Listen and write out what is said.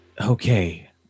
okay